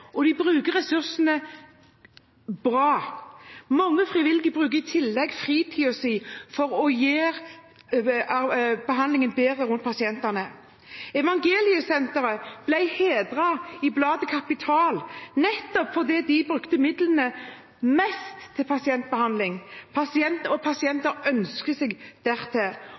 og de bruker ressursene bra. Mange frivillige bruker i tillegg fritiden sin for å gjøre behandlingen rundt pasientene bedre. Evangeliesenteret ble hedret i bladet Kapital nettopp fordi de brukte midlene mest til pasientbehandling og pasienter